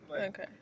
Okay